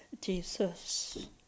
Jesus